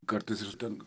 kartais ir ten